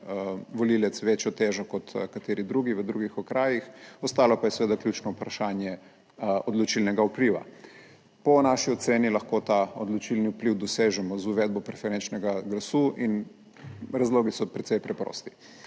volivec večjo težo kot kateri drugi v drugih okrajih. Ostalo pa je seveda ključno vprašanje odločilnega vpliva. Po naši oceni lahko ta odločilni vpliv dosežemo z uvedbo preferenčnega glasu in razlogi so precej preprosti.